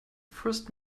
first